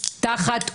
תחת עוצר,